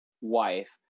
wife